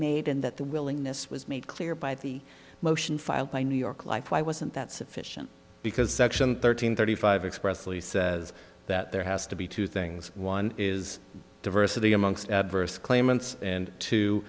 made and that the willingness was made clear by the motion filed by new york life why wasn't that sufficient because section thirteen thirty five expressly says that there has to be two things one is diversity amongst adverse claimants and to